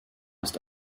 ist